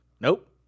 nope